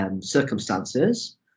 circumstances